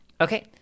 Okay